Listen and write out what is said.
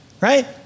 right